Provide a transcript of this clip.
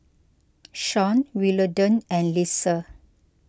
Sean Willodean and Lesa